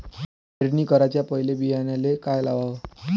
पेरणी कराच्या पयले बियान्याले का लावाव?